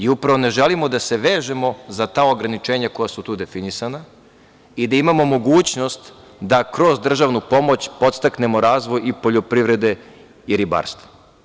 Upravo ne želimo da se vežemo za ta ograničenja koja su tu definisana i da imamo mogućnost da kroz državnu pomoć podstaknemo razvoj i poljoprivrede i ribarstva.